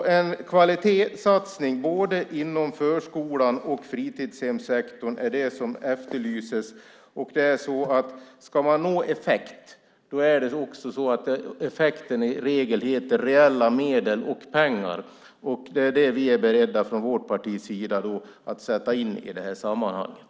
En kvalitetssatsning inom både förskolan och fritidshemssektorn är det som efterlyses. Ska man nå effekt är det också så att det i regel handlar om reella medel och pengar. Det är det som vi från vårt parti är beredda att sätta in i det här sammanhanget.